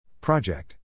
Project